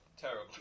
Terrible